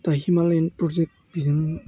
दा हिमालयान प्रजेक्त बिजों